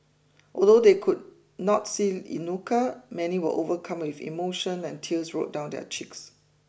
although they could not see Inuka many were overcome with emotion and tears rolled down their cheeks